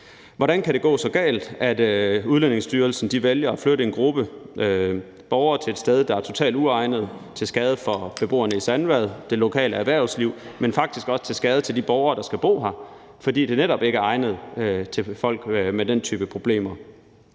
Hvordan kan det gå så galt, at Udlændingestyrelsen vælger at flytte en gruppe borgere til et sted, der er totalt uegnet, hvilket er til skade for beboerne i Sandvad, det lokale erhvervsliv, men faktisk også til skade for de borgere, der skal bor der, fordi det netop ikke er egnet til folk med den type problemer?